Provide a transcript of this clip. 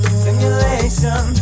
simulation